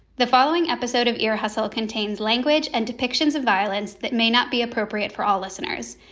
the following episode of ear hustle contains language and depictions of violence that may not be appropriate for all listeners.